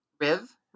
Riv